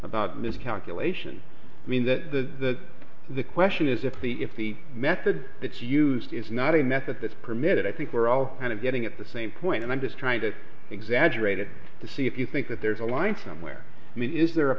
about miscalculation i mean that the the question is if the if the method that's used is not a method that's permitted i think we're all kind of getting at the same point and i'm just trying to exaggerate it to see if you think that there's a line somewhere i mean is there a